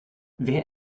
wer